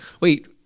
Wait